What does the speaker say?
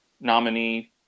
nominee